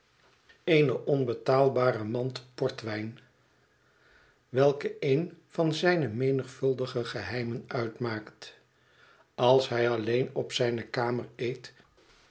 eene onbetaalbare mand portwijn welke een van zijne menigvuldige geheimen uitmaakt als hij alleen op zijne kamer eet